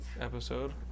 episode